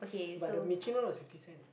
but the was fifty cent